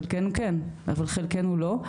חלקנו כן אבל חלקנו לא.